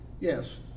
Yes